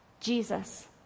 Jesus